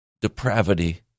depravity